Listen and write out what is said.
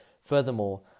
Furthermore